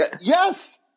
Yes